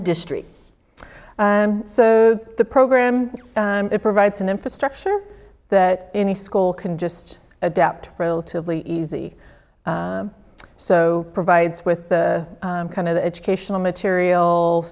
the district so the program provides an infrastructure that any school can just adapt relatively easy so provides with the kind of educational material